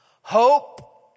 hope